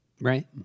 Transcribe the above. Right